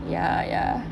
ya ya